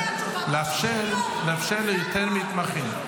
לאפשר ליותר מתמחים.